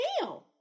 now